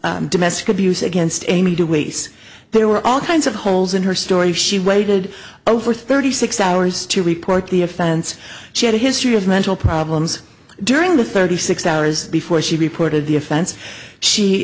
domestic abuse against amy two ways there were all kinds of holes in her story she waited over thirty six hours to report the offense she had a history of mental problems during the thirty six hours before she reported the offense